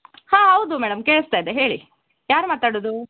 ಹಾಂ ಹೌದು ಮೇಡಮ್ ಕೇಳಿಸ್ತಾ ಇದೆ ಹೇಳಿ ಯಾರು ಮಾತಾಡುವುದು